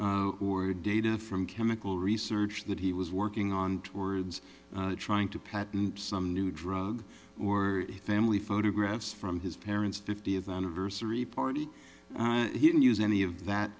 or data from chemical research that he was working on towards trying to patent some new drug or family photographs from his parents fiftieth anniversary party he didn't use any of that